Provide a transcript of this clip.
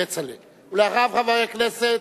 כצל'ה, ואחריו, חבר הכנסת